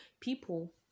people